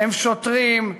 הם שוטרים,